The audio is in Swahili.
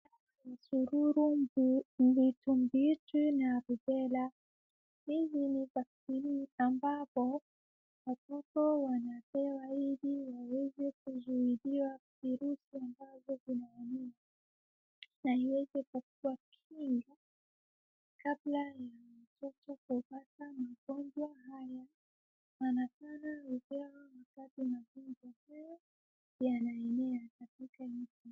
Msururu, mtibwi timbwi na rubela. Hizi ni vaccine ambapo watoto wanapewa ili waweze kuzuiliwa virusi ambavyo vina. Na iweze kuwa kinga kabla ya mtoto kupata magonjwa haya. Sana sana hupewa ambapo magonjwa haya yanaenea katika nchi.